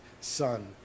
son